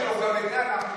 גם את זה אנחנו יודעים,